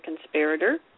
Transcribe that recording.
Conspirator